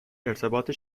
ارتباط